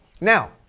Now